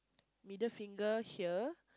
middle finger here